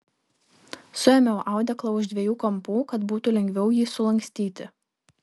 suėmiau audeklą už dviejų kampų kad būtų lengviau jį sulankstyti